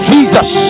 Jesus